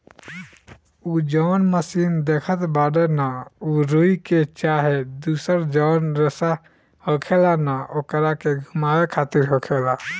उ जौन मशीन देखत बाड़े न उ रुई के चाहे दुसर जौन रेसा होखेला न ओकरे के घुमावे खातिर होखेला